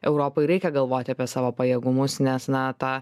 europai reikia galvoti apie savo pajėgumus nes na ta